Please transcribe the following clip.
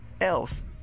else